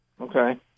Okay